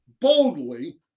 boldly